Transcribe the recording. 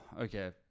Okay